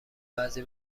بعضی